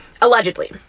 Allegedly